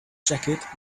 jacket